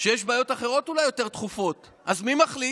שיש בעיות אחרות, אולי יותר דחופות, אז מי מחליט,